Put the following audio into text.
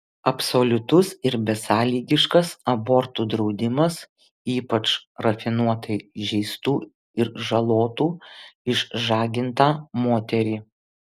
absoliutus ir besąlygiškas abortų draudimas ypač rafinuotai žeistų ir žalotų išžagintą moterį